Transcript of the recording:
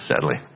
sadly